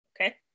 okay